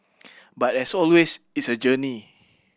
but as always it's a journey